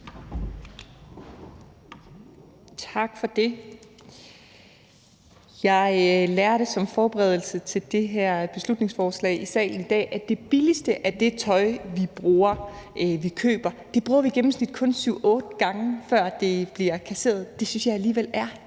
Tak for det. Jeg lærte som forberedelse til det her beslutningsforslag i salen i dag, at det billigste af det tøj, vi køber, bruger vi i gennemsnit kun syv-otte gange, før det bliver kasseret. Det synes jeg alligevel er